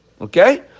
Okay